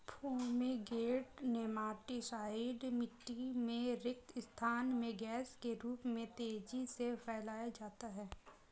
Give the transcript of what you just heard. fumigant nematicide मिटटी में रिक्त स्थान में गैस के रूप में तेजी से फैलाया जाता है